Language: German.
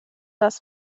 das